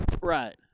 Right